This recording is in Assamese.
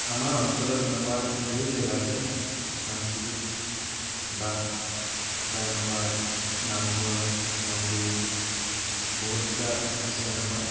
আমাৰ অঞ্চলত এনেকুৱা ঢেৰ জেগা আছে সাংস্কৃতিক বা কিবা এনেকুৱা নামঘৰ মন্দিৰ বহুতকেইটা আছে এনেকুৱা